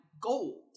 gold